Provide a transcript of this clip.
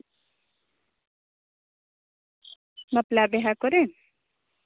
ᱵᱟᱯᱞᱟ ᱵᱤᱦᱟᱹ ᱠᱚᱨᱮ